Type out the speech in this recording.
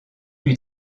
lui